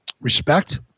respect